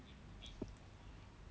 mm mm mm mm mm mm